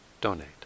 donate